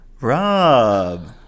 Rob